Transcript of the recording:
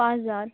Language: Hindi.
पाँच हज़ार